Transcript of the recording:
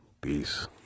Peace